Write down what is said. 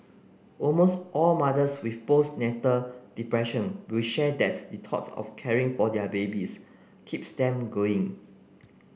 almost all mothers with postnatal depression will share that the thought of caring for their babies keeps them going